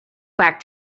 back